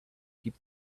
keep